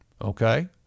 okay